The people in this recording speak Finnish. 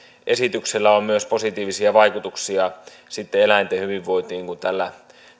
esityksellä on myös positiivisia vaikutuksia eläinten hyvinvointiin kun tällä